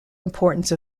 importance